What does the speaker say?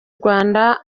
rwanda